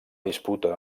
disputa